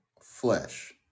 flesh